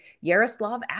Yaroslav